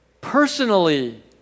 personally